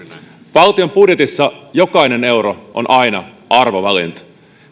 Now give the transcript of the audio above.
valtion budjetissa jokainen euro on aina arvovalinta